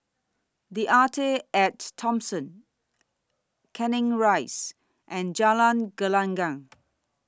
The Arte At Thomson Canning Rise and Jalan Gelenggang